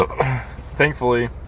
thankfully